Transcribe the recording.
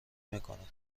میکنند